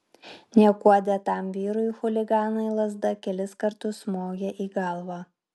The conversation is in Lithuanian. niekuo dėtam vyrui chuliganai lazda kelis kartus smogė į galvą